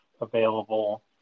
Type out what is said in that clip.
available